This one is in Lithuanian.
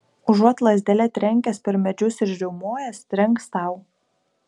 užuot lazdele trenkęs per medžius ir riaumojęs trenks tau